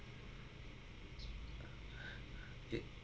eh